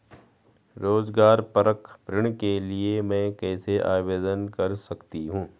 रोज़गार परक ऋण के लिए मैं कैसे आवेदन कर सकतीं हूँ?